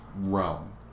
realm